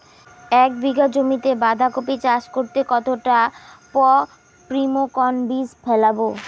এক বিঘা জমিতে বাধাকপি চাষ করতে কতটা পপ্রীমকন বীজ ফেলবো?